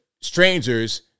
strangers